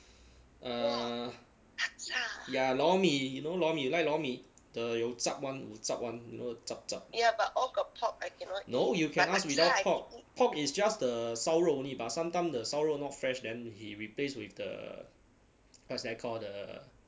ah ya lor mee you know lor mee you like lor mee the 有 chap [one] wu chap [one] you know chap chap no you can ask without pork pork is just the 烧肉 only but sometime the 烧肉 not fresh then he replace with the what's that call the